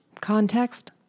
Context